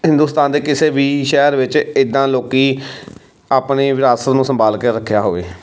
ਹਿੰਦੁਸਤਾਨ ਦੇ ਕਿਸੇ ਵੀ ਸ਼ਹਿਰ ਵਿੱਚ ਇੱਦਾਂ ਲੋਕ ਆਪਣੇ ਵਿਰਾਸਤ ਨੂੰ ਸੰਭਾਲ ਕੇ ਰੱਖਿਆ ਹੋਵੇ